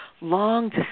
long